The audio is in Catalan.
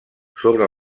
sobre